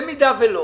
במידה שלא